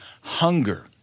hunger